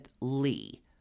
Lee